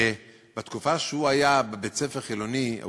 שבתקופה שהוא היה בבית-ספר חילוני או